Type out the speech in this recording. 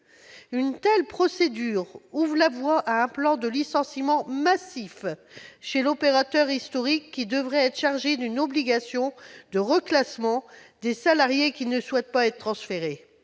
Une telle procédure ouvre la voie à un plan de licenciement massif chez l'opérateur historique, qui devrait être assujetti à une obligation de reclassement des salariés ne souhaitant pas être transférés.